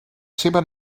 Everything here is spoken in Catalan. seva